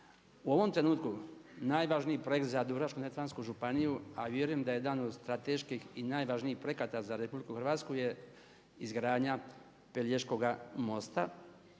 U ovom trenutku najvažniji projekt za Dubrovačko-neretvansku županiju, a vjerujem da je dan od strateških i najvažnijih projekata za Republiku Hrvatsku je izgradnja Pelješkoga mosta